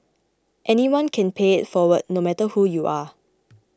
anyone can pay it forward no matter who you are